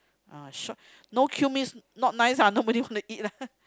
uh short no queue means not nice ah nobody wants to eat ah